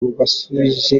basubije